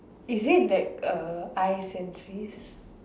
is it like uh ice and freeze